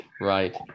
Right